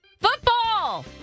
Football